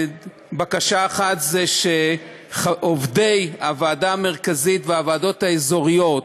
בקשה אחת היא שעובדי הוועדה המרכזית והוועדות האזוריות,